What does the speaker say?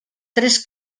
tres